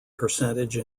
percentage